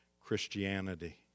Christianity